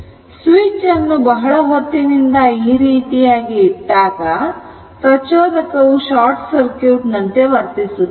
switch ಅನ್ನು ಬಹಳ ಹೊತ್ತಿನಿಂದ ಈ ರೀತಿಯಾಗಿ ಇಟ್ಟಾಗ ಪ್ರಚೋದಕ ಶಾರ್ಟ್ ಸರ್ಕ್ಯೂಟ್ ನಂತೆ ವರ್ತಿಸುತ್ತದೆ